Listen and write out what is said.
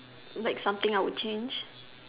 like something I would change